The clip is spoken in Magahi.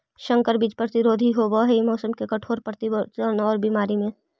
संकर बीज प्रतिरोधी होव हई मौसम के कठोर परिवर्तन और बीमारी में